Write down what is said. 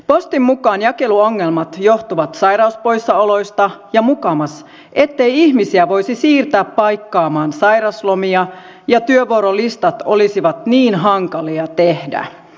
postin mukaan jakeluongelmat johtuvat sairauspoissaoloista ja mukamas siitä ettei ihmisiä voisi siirtää paikkaamaan sairauslomia ja työvuorolistat olisivat niin hankalia tehdä